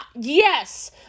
Yes